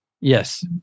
Yes